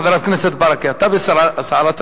חבר הכנסת ברכה, אתה בסערת רגשות.